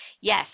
yes